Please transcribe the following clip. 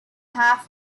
half